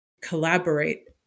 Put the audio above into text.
collaborate